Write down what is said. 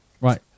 Right